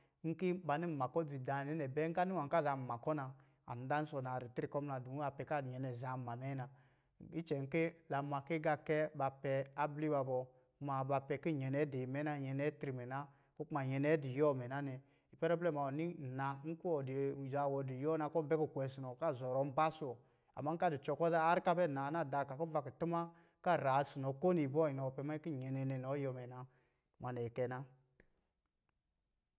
Nki ba ni nma kɔ dzi daanɛ nɛ bɛ, nka ni wa ka zaa nma kɔ na, an dansɔ naa ritre kɔ muna, dɔmin a pɛ ki nyɛ zaa nma mɛ na. Ivɛ ki la ma ki agaakɛ pɛ abli ba bɔ, kuma, ba pɛ ki nyɛ dii mɛ na, nyɛ nɛ tri mɛ na, ko kuma nyɛ nɛ di yuwɔ imɛ na nɛ. Ipɛrɛ blɛ ma ɔ ni nna, nki wɔ di zaa wɔ di yuwɔ na kɔ bɛ kukwe si nɔ ka zɔrɔ mba si wɔ. Amma nka di cɔ kɛ zan harr ka naa na na da ka kuva kutuma, ka raa si nɔ, ko ni bɔ, inɔ pɛ manyi nyɛ nɛ nɛ inɔ yuwɔ na. Nwa nɛ kɛ na.